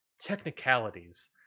technicalities